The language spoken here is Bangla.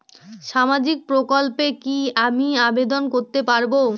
সামাজিক প্রকল্পে কি আমি আবেদন করতে পারবো?